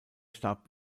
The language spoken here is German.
starb